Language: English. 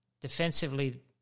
defensively